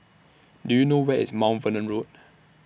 Do YOU know Where IS Mount Vernon Road